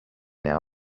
now